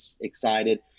excited